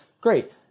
Great